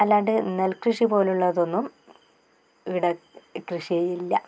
അല്ലാണ്ട് നെല്ല് കൃഷി പോലുള്ളത് ഒന്നും ഇവിടെ കൃഷി ചെയ്യില്ല